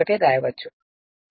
రాయవచ్చు